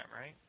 right